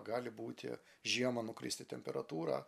gali būti žiemą nukristi temperatūra